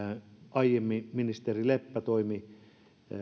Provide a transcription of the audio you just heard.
aiemmin ministeri leppä toimi